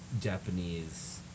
Japanese